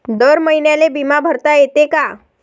दर महिन्याले बिमा भरता येते का?